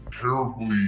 Terribly